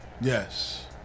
Yes